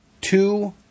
two